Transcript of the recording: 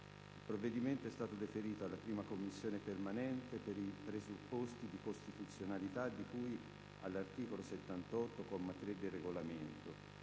Il provvedimento estato deferito alla 1ª Commissione permanente per i presupposti di costituzionalita di cui all’articolo 78, comma 3, del Regolamento